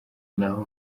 naho